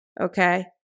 Okay